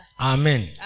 Amen